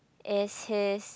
is he